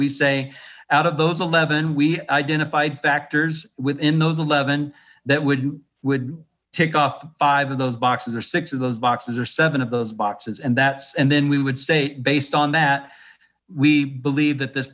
we say out of those eleven we identified factors within those eleven that would would tick off five of those boxes are six of those boxes are seven of those boxes and that's and then we would say based on that we believe that this